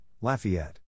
Lafayette